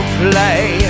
play